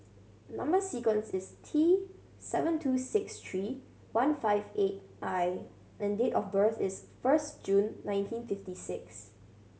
number sequence is T seven two six three one five eight I and date of birth is first June nineteen fifty six